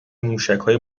موشکهای